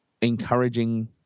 encouraging